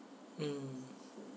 mm